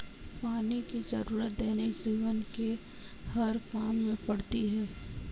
पानी की जरुरत दैनिक जीवन के हर काम में पड़ती है